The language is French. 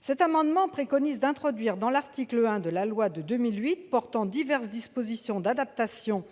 Cet amendement visait à introduire dans l'article 1 de la loi du 27 mai 2008 portant diverses dispositions d'adaptation